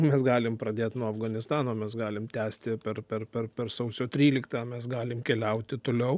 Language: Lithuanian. mes galim pradėt nuo afganistano mes galim tęsti per per per per sausio tryliktą mes galim keliauti toliau